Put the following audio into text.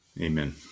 amen